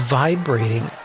vibrating